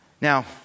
Now